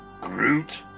Groot